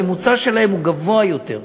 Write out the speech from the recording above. הממוצע שלהן הוא גבוה יותר.